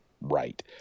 right